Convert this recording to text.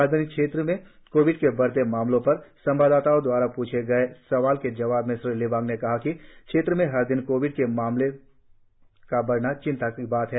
राजधानी क्षेत्र में कोविड के बढ़ते मामलों पर संवाददाताओं दवारा पुछे गए सवाल के जवाब में श्री लिवांग ने कहा कि क्षेत्र में हर दिन कोविड के मामलों का बढ़ना चिंता की बात है